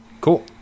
Cool